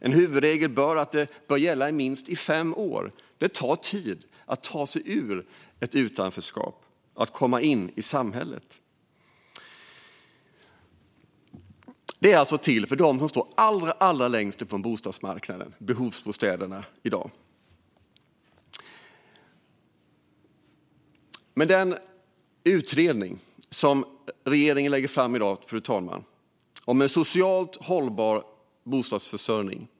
Som huvudregel bör kontraktet gälla i minst fem år. Det tar tid att ta sig ur ett utanförskap och komma in i samhället. Behovsbostäderna är alltså till för dem som står allra längst från bostadsmarknaden. Fru talman! Regeringen presenterar i dag en utredning om en socialt hållbar bostadsförsörjning.